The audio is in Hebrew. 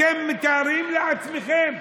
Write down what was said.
אתם מתארים לעצמכם?